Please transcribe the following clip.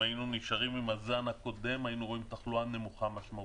אם היינו נשארים עם הזן הקודם היינו רואים תחלואה משמעותית.